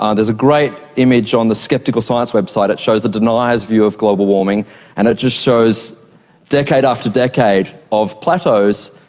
there's a great image on the sceptical science website, it shows a denier's view of global warming and it just shows decade after decade of plateaus,